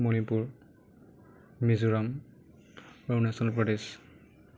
Manipur Mizoram Arunachal Pradesh